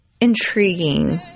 intriguing